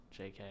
JK